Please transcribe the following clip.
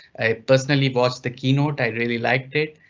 i personally was the keynote. i really liked it.